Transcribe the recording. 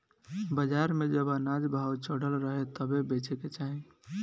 बाजार में जब अनाज भाव चढ़ल रहे तबे बेचे के चाही